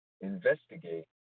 investigate